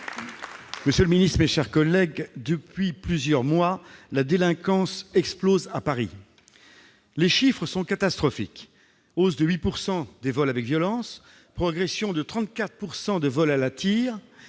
ministre de l'intérieur, mes chers collègues, depuis plusieurs mois, la délinquance explose à Paris. Les chiffres sont catastrophiques : hausse de 8 % des vols avec violence, progression de 34 % des vols à la tire,